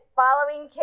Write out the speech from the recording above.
following